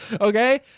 Okay